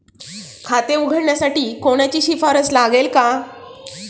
खाते उघडण्यासाठी कोणाची शिफारस लागेल का?